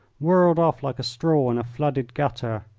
whirled off like a straw in a flooded gutter.